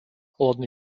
lodný